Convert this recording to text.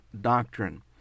doctrine